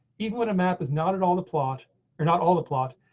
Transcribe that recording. even when a map is not at all the plot or not all the plot,